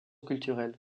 culturelle